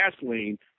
gasoline